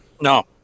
No